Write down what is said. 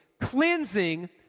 Cleansing